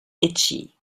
itchy